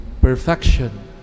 perfection